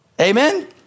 Amen